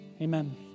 Amen